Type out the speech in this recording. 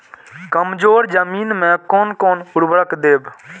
कमजोर जमीन में कोन कोन उर्वरक देब?